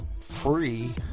free